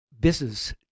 business